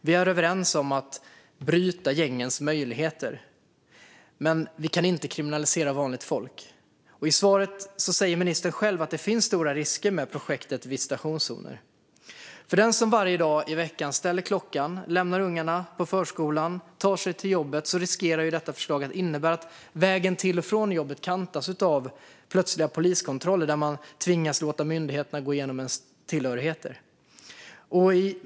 Vi är överens om att bryta gängens möjligheter. Men vi kan inte kriminalisera vanligt folk. I svaret sa ministern själv att det finns stora risker med projektet med visitationszoner. För den som varje dag i veckan ställer klockan, lämnar ungarna på förskolan och tar sig till jobbet riskerar detta förslag att innebära att vägen till och från jobbet kantas av plötsliga poliskontroller där man tvingas låta myndigheterna gå igenom ens tillhörigheter.